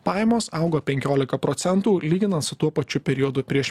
pajamos augo penkiolika procentų lyginant su tuo pačiu periodu prieš